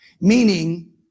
Meaning